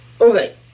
Okay